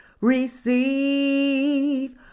receive